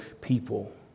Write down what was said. people